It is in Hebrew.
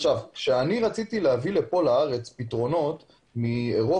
כשאני רציתי להביא לפה לארץ פתרונות מאירופה,